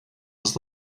was